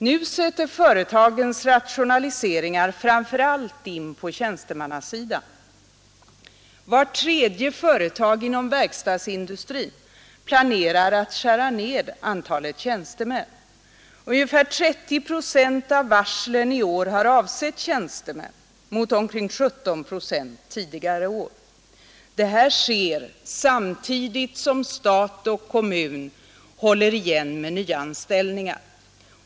Nu sätts företagens rationaliseringar framför allt in på tjänstemannasidan. Vart tredje företag inom verkstadsindustrin planerar att s ned antalet tjänstemän. Ungefär 30 procent av varslen i år har avsett tjänstemän mot omkring 17 procent tidigare år. Detta sker samtidigt som stat och kommun håller igen med nyanställningar.